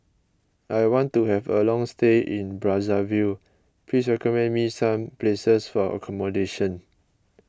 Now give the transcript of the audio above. I want to have a long stay in Brazzaville please recommend me some places for accommodation